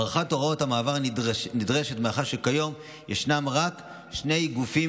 הארכת הוראת המעבר נדרשת מאחר שהיום ישנם רק שני גופים